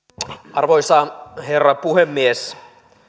arvoisa herra puhemies